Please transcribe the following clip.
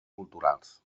culturals